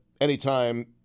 anytime